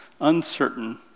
uncertain